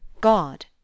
God